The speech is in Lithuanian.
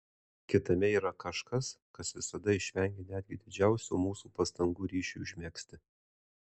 kitame yra kažkas kas visada išvengia netgi didžiausių mūsų pastangų ryšiui užmegzti